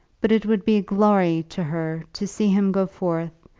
but it would be a glory to her to see him go forth,